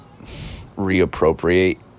reappropriate